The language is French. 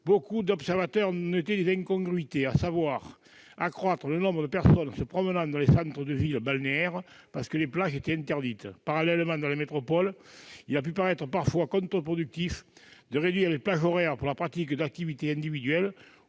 Beaucoup d'observateurs ont noté des incongruités, tel l'accroissement du nombre de personnes se promenant dans les centres de villes balnéaires parce que les plages étaient interdites. Parallèlement, dans les métropoles, il a pu paraître parfois contre-productif de réduire les plages horaires pour la pratique d'activités individuelles